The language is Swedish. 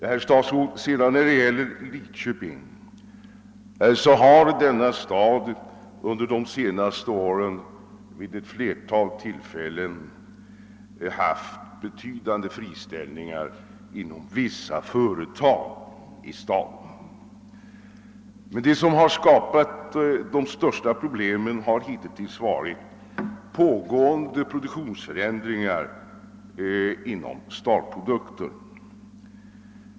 När det sedan gäller Lidköping vill jag framhålla att denna stad under de senaste åren vid ett flertal tillfällen haft betydande friställningar inom vissa företag. Vad som har skapat de största problemen har givetvis varit pågående produktionsförändringar inom AB Star Produkter.